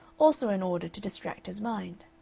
also in order to distract his mind.